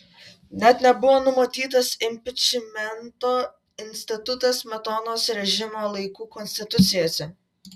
net nebuvo numatytas impičmento institutas smetonos režimo laikų konstitucijose